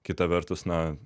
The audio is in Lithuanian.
kita vertus na